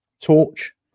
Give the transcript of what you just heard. torch